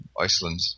Iceland